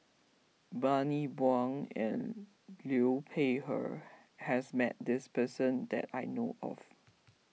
Bani Buang and Liu Peihe has met this person that I know of